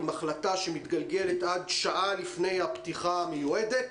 עם החלטה שמתגלגלת עד שעה לפני הפתיחה המיועדת,